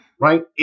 right